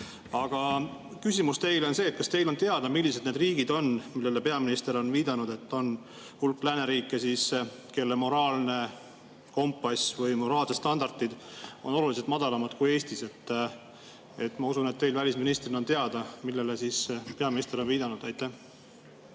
Aga küsimus teile on see: kas teile on teada, mis riigid need on, millele peaminister on viidanud, [öeldes], et on hulk lääneriike, kelle moraalne kompass või moraalsed standardid on oluliselt madalamad kui Eestis? Ma usun, et teil välisministrina on teada, millele peaminister on viidanud. Aitäh,